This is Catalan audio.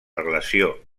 relació